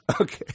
Okay